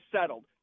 settled